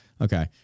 Okay